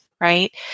Right